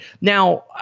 now